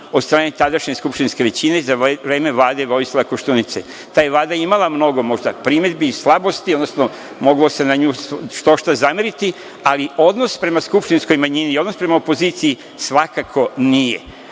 od strane tadašnje skupštinske većine i za vreme Vlade Vojislava Koštunice. Ta ja Vlada imala možda mnogo primedbi i slabosti, odnosno moglo se na nju štošta zameriti, ali odnos prema skupštinskoj manjini i odnos prema opoziciji svakako nije.